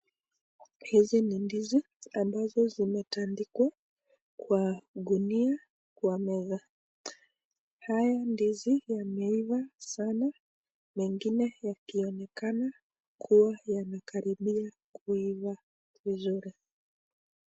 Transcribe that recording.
Hizi ni ndizi ambazo zimetandikwa kwa gunia kwa meza. Haya ndizi yameiva sana mengine yakionekana kuwa yamekaribia kuiva vizuri.